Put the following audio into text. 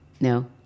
No